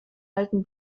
alten